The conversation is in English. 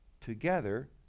together